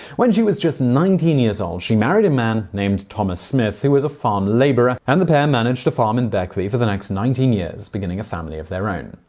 when she was just nineteen years old she married a man named thomas smith, who was also a farm labourer, and the pair managed a farm in beckley for the next nineteen years, beginning a family of their own.